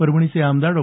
परभणीचे आमदार डॉ